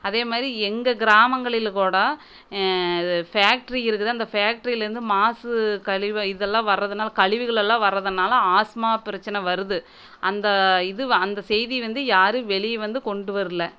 அதே மாதிரி எங்கள் கிராமங்களில் கூட இது ஃபேக்ட்ரி இருக்குது அந்த ஃபேக்ட்ரிலேருந்து மாசு கழிவ இதெல்லாம் வரதுனாலும் கழிவுகள் எல்லாம் வரதுனாலும் ஆஸ்துமா பிரச்சின வருது அந்த இது அந்த செய்தி வந்து யாரும் வெளியே வந்து கொண்டு வரல